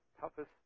toughest